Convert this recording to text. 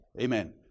Amen